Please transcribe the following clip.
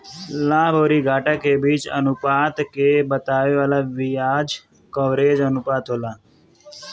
लाभ अउरी घाटा के बीच के अनुपात के बतावे वाला बियाज कवरेज अनुपात होला